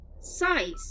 Size